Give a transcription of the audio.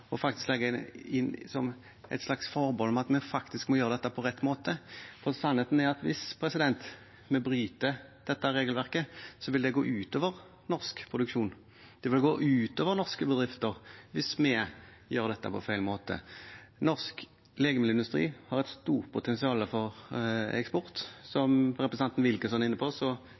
og faktisk legge inn som et slags forbehold at vi må gjøre dette på rett måte. For sannheten er at hvis vi bryter dette regelverket, vil det gå ut over norsk produksjon. Det vil gå ut over norske bedrifter hvis vi gjør dette på feil måte. Norsk legemiddelindustri har et stort potensial for eksport, som representanten Wilkinson var inne på.